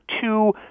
two